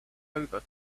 over